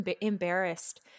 embarrassed